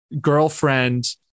girlfriend